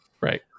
Right